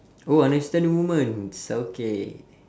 oh understand womens okay